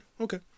Okay